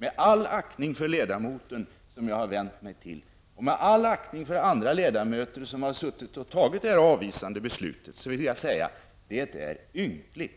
Med all aktning för den ledamot som jag har vänt mig till och med all aktning för andra ledamöter som fattat detta avvisande beslut vill jag säga: Det är ynkligt!